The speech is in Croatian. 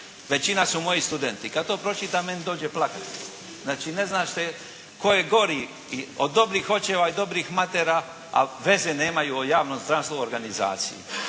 Većina su moji studenti. Kad to pročitam meni dođe plakati. Znači ne zna se tko je gori od dobrih očeva i dobrih matera, a veze nemaju o javnom zdravstvu organizaciji.